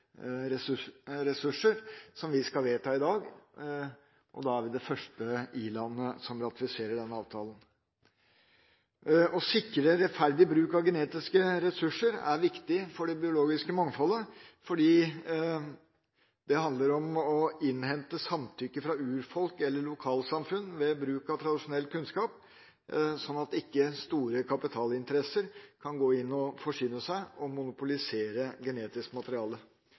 er vi det første i-landet som ratifiserer avtalen. Å sikre rettferdig bruk av genetiske ressurser er viktig for det biologiske mangfoldet, fordi det handler om å innhente samtykke fra urfolk eller lokalsamfunn ved bruk av tradisjonell kunnskap, slik at ikke store kapitalinteresser kan gå inn og forsyne seg og monopolisere genetisk materiale.